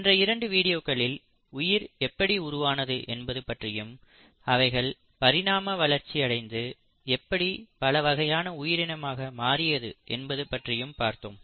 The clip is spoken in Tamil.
சென்ற இரண்டு வீடியோக்களில் உயிர் எப்படி உருவானது என்பது பற்றியும் அவைகள் பரிணாம வளர்ச்சியடைந்து எப்படி பல வகையான உயிரினமாக மாறியது என்பது பற்றியும் பார்த்தோம்